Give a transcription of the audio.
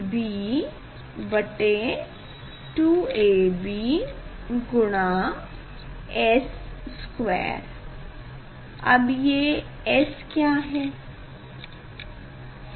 अब ये एस क्या है